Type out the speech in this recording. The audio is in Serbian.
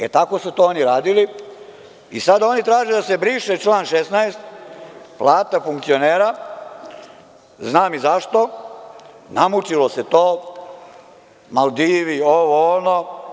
E, tako su to oni radili i sada oni traže da se briše član 16. – plata funkcionera, znam i zašto, namučilo se to, Maldivi, ovo, ono.